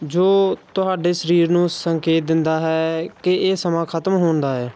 ਜੋ ਤੁਹਾਡੇ ਸਰੀਰ ਨੂੰ ਸੰਕੇਤ ਦਿੰਦਾ ਹੈ ਕਿ ਇਹ ਸਮਾਂ ਖਤਮ ਹੁੰਦਾ ਹੈ